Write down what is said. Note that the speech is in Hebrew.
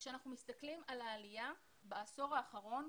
כשאנחנו מסתכלים עם העלייה בעשור האחרון,